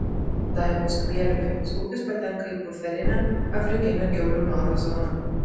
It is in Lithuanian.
daivos kmieliuvienės ūkis patenka į buferinę afrikinio kiaulių maro zoną